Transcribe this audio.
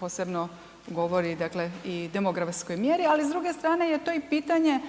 posebno govori, dakle i demografskoj mjeri ali s druge strane je to i pitanje